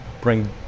bring